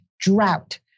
drought